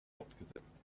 fortgesetzt